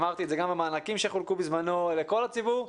אמרתי את זה גם במענקים שחולקו בזמנו לכל הציבור,